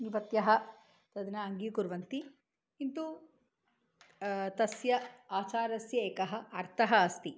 युवत्यः तद् न अङ्गीकुर्वन्ति किन्तु तस्याः आचारस्य एकः अर्थः अस्ति